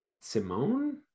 simone